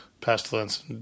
pestilence